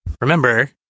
Remember